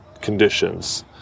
conditions